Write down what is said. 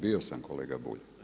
Bio sam kolega Bulj.